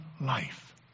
life